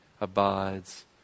abides